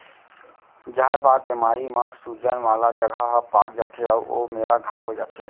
जहरबाद बेमारी म सूजन वाला जघा ह पाक जाथे अउ ओ मेरा घांव हो जाथे